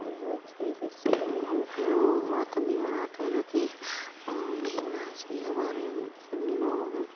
اور بہت سے ایسے شیعہ لوگ جو ہوتے ہیں وہ ماتم بھی مناتے ہیں جو کہ نہیں منانا چاہیے ہمارے سنّی لوگوں میں